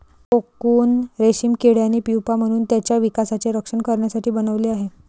cocoon रेशीम किड्याने pupa म्हणून त्याच्या विकासाचे रक्षण करण्यासाठी बनवले आहे